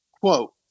quote